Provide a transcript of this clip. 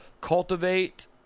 Cultivate